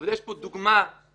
אבל יש פה דוגמה בולטת